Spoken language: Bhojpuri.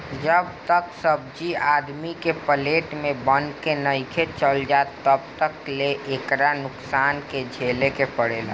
जब तक सब्जी आदमी के प्लेट में बन के नइखे चल जात तब तक ले एकरा नुकसान के झेले के पड़ेला